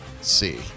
See